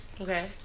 Okay